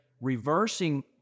reversing